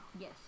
Yes